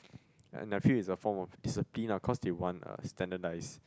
and I feel is a form of discipline ah cause they want uh standardise